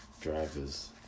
drivers